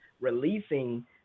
releasing